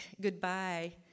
goodbye